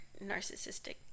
narcissistic